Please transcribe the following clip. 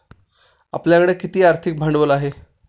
आपल्याकडे किती आर्थिक भांडवल आहे?